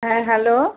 হ্যাঁ হ্যালো